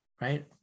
right